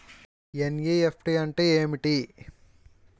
NEFT అంటే ఏమిటి?